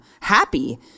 happy